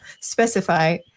specify